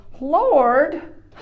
Lord